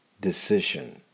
decision